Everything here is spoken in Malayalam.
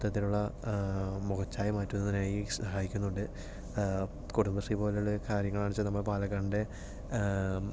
മൊത്തത്തിലുള്ള മുഖച്ഛായ മാറ്റുന്നതിനായി സഹായിക്കുന്നുണ്ട് കുടുംബശ്രീ പോലുള്ള കാര്യങ്ങളാണെന്നു വച്ചാൽ നമ്മുടെ പാലക്കാടിന്റെ